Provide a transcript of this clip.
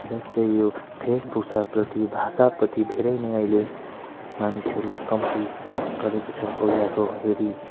जस्तै यो वेशभूषाप्रति भाषापट्टि धेरै नै अहिले मानिसहरूले कम्ती गरेको छन् पहिलाको हेरी